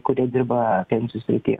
kurie dirba pensijų srity